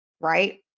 right